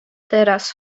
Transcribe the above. teraz